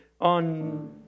on